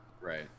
Right